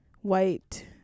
white